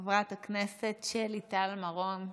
חברת הכנסת שלי טל מרום.